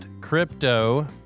Crypto